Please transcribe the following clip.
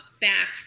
back